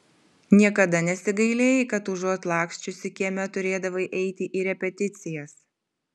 niekada nesigailėjai kad užuot laksčiusi kieme turėdavai eiti į repeticijas